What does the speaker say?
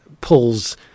pulls